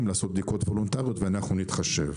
לעשות בדיקות וולונטריות ואנחנו נתחשב.